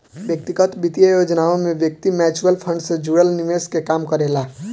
व्यक्तिगत वित्तीय योजनाओं में व्यक्ति म्यूचुअल फंड से जुड़ल निवेश के काम करेला